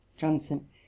Johnson